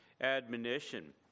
admonition